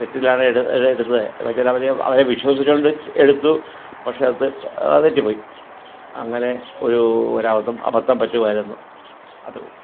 തെറ്റിലാണ് എടുത്തു എടുത്തത് എന്ന് വെച്ചാൽ അവരെ വിശ്വസിച്ചോണ്ട് എടുത്തു പക്ഷേ അത് അത് തെറ്റി പോയി അങ്ങനെ ഒരു ഒരബദ്ധം അബദ്ധം പറ്റുമായിരുന്നു അത്രയെള്ളു